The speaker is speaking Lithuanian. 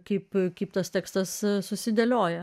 kaip kaip tas tekstas susidėlioja